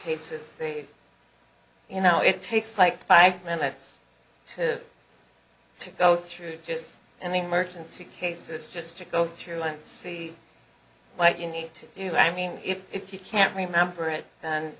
places you know it takes like five minutes to go through just and the emergency cases just to go through and see what you need to do i mean if you can't remember it and